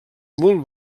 molt